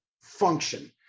function